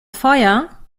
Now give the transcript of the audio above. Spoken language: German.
feuer